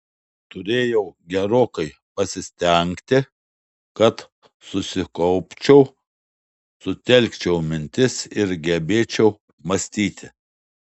turėjau gerokai pasistengti kad susikaupčiau sutelkčiau mintis ir gebėčiau mąstyti